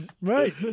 Right